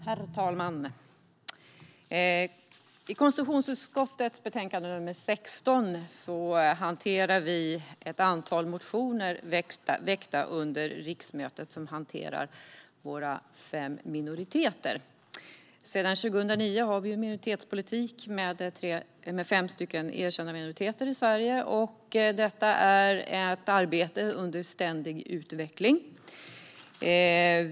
Herr talman! I konstitutionsutskottets betänkande nr 16 hanterar vi ett antal motioner väckta under riksmötet som hanterar våra fem minoriteter. Sedan 2009 har vi en minoritetspolitik med fem erkända minoriteter i Sverige. Detta är ett arbete under ständig utveckling.